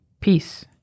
Peace